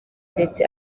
ndetse